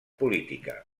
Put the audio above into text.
política